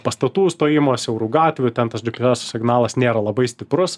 pastatų užstojimas siaurų gatvių ten tos dži pi es signalas nėra labai stiprus